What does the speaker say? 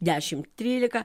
dešimt trylika